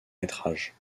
métrages